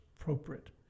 appropriate